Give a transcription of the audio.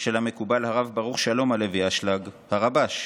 של המקובל הרב ברוך שלום הלוי אשלג, הרב"ש,